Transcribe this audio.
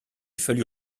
fallut